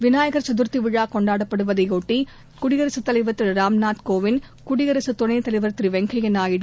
விநாயகர் சதர்த்தி கொண்டாடப்படுவதையொட்டி குடியரசுத்தலைவர் திரு ராம்நாத் கோவிந்த் குடியரசு துணைத்தலைவா் திரு வெங்கையா நாயுடு